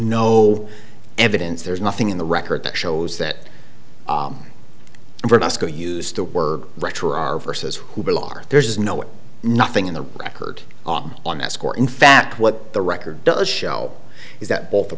no evidence there's nothing in the record that shows that we're just going to use the word retro are versus who belong there's no nothing in the record on on that score in fact what the record does show is that both the